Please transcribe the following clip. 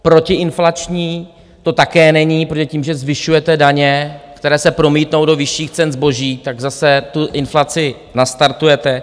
Protiinflační to také není, protože tím, že zvyšujete daně, které se promítnou do vyšších cen zboží, tak zase tu inflaci nastartujete.